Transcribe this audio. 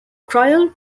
trial